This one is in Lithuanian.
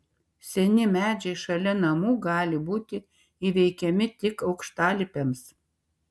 seni medžiai šalia namų gali būti įveikiami tik aukštalipiams